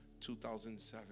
2007